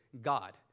God